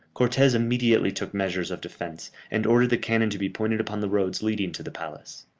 cortes immediately took measures of defence, and ordered the cannon to be pointed upon the roads leading to the palace.